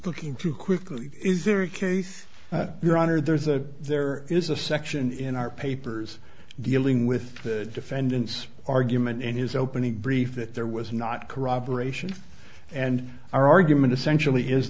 looking to quickly is there a case your honor there's a there is a section in our papers dealing with the defendant's argument in his opening brief that there was not corroboration and our argument essentially is